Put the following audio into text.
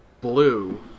blue